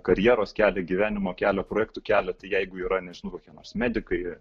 karjeros kelią gyvenimo kelią projektų kelią tai jeigu yra ne kokie nors medikai